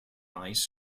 rice